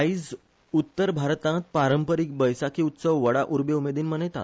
आयज उत्तर भारतांत पारंपारिक बैसाकी उत्सव व्हडा उर्बे उमेदीन मनयतात